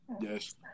Yes